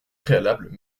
préalable